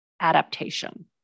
adaptation